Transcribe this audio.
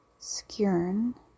Skjern